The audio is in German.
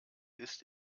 ist